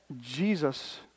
jesus